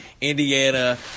Indiana